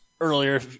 earlier